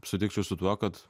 sutikčiau su tuo kad